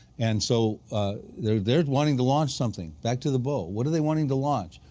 and so there there wanting to launch something back to the bow. what are they wanting to launch,